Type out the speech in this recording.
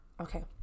Okay